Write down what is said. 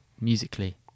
musically